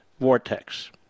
vortex